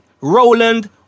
Roland